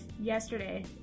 Yesterday